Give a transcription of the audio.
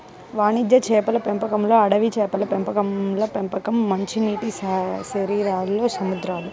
వాణిజ్య చేపల పెంపకంలోఅడవి చేపల పెంపకంచేపల పెంపకం, మంచినీటిశరీరాల్లో సముద్రాలు